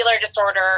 disorder